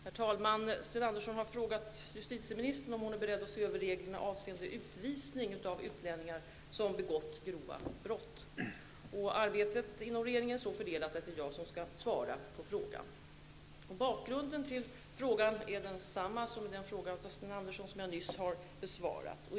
Herr talman! Sten Andersson i Malmö har frågat justitieministern om hon är beredd att se över reglerna avseende utvisning av utlänningar som har begått grova brott. Arbetet inom regeringen är så fördelat att det är jag som skall svara på frågan. Bakgrunden till frågan är densamma som i den fråga av Sten Andersson som jag nyss har besvarat.